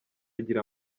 agira